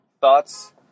thoughts